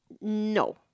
no